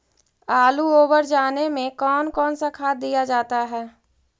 आलू ओवर जाने में कौन कौन सा खाद दिया जाता है?